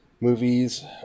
movies